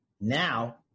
now